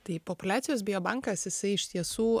tai populiacijos biobankas jisai iš tiesų